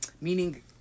Meaning